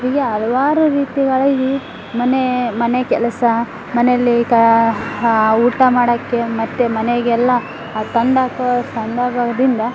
ಹೀಗೆ ಹಲ್ವಾರು ರೀತಿಗಳಲ್ಲಿ ಮನೆ ಮನೆ ಕೆಲಸ ಮನೆಯಲ್ಲಿ ಕ ಊಟ ಮಾಡೋಕ್ಕೆ ಮತ್ತು ಮನೆಗೆಲ್ಲ ತಂದು ಹಾಕೋ ಸಂದರ್ಭದಿಂದ